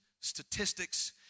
statistics